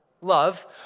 Love